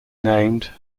named